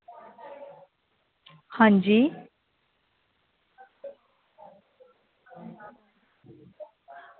आं जी